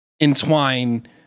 entwine